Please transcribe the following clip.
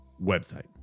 website